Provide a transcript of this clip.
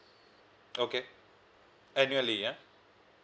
okay annually ya